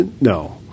No